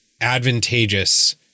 advantageous